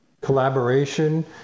Collaboration